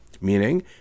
meaning